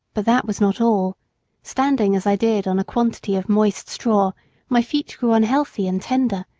but that was not all standing as i did on a quantity of moist straw my feet grew unhealthy and tender,